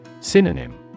Synonym